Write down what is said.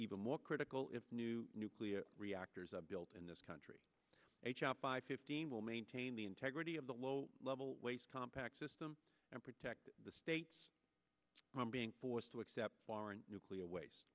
even more critical if new nuclear reactors are built in this country a chap by fifteen will maintain the integrity of the low level waste compact system and protect the states from being forced to accept foreign nuclear waste